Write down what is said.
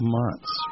months